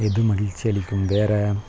எது மகிழ்ச்சி அளிக்கும் வேறு